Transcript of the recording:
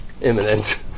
imminent